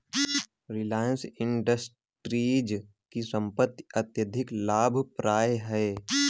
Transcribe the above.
Reliance Industries की संपत्ति अत्यधिक लाभप्रद है